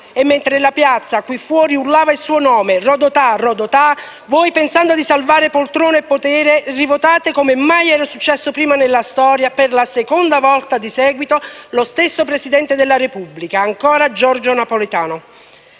e, mentre la piazza qui fuori urlava il suo nome («Rodotà, Rodotà!»), voi, pensando di salvare poltrone e potere, rivotate, come mai era successo prima nella storia, per la seconda volta di seguito lo stesso Presidente della Repubblica, ancora Giorgio Napolitano.